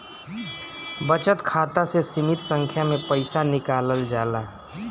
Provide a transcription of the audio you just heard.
बचत खाता से सीमित संख्या में पईसा निकालल जाला